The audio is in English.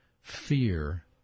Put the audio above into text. fear